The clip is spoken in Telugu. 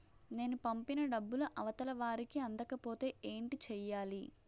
నేను పంపిన డబ్బులు అవతల వారికి అందకపోతే ఏంటి చెయ్యాలి?